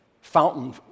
fountain